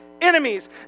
enemies